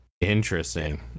Interesting